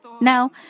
Now